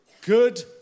Good